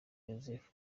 joseph